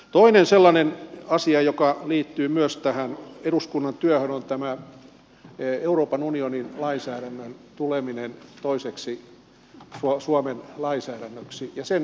toinen asia joka liittyy myös eduskunnan työhön on euroopan unionin lainsäädännön tuleminen toiseksi suomen lainsäädännöksi ja sen asian seuraaminen